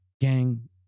gang